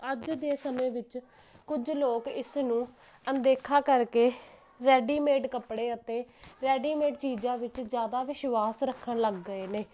ਅੱਜ ਦੇ ਸਮੇਂ ਵਿੱਚ ਕੁਝ ਲੋਕ ਇਸ ਨੂੰ ਅਣਦੇਖਾ ਕਰਕੇ ਰੈਡੀਮੇਡ ਕੱਪੜੇ ਅਤੇ ਰੈਡੀਮੇਡ ਚੀਜ਼ਾਂ ਵਿੱਚ ਜਿਆਦਾ ਵਿਸ਼ਵਾਸ ਰੱਖਣ ਲੱਗ ਗਏ ਨੇ